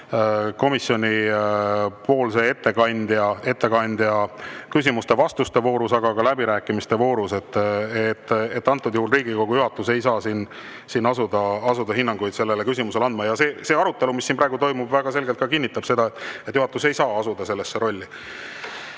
komisjonipoolse ettekandja küsimuste-vastuste voorus, aga ka läbirääkimiste voorus. Antud juhul Riigikogu juhatus ei saa siin asuda andma hinnanguid selles küsimuses. Ja see arutelu, mis siin praegu toimub, väga selgelt ka kinnitab, et juhatus ei saa asuda sellesse rolli. Martin